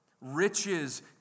Riches